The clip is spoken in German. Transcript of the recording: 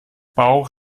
bauch